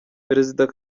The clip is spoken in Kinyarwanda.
perezida